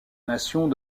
nations